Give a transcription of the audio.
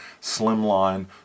Slimline